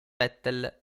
vettel